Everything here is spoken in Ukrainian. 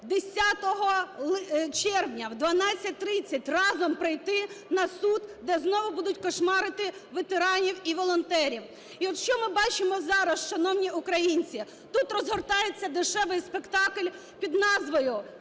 10 червня о 12:30 разом прийти на суд, де знову будуть кошмарити ветеранів і волонтерів. І от що ми бачимо зараз, шановні українці: тут розгортається дешевий спектакль під назвою "Цар